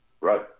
Right